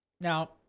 Now